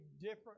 different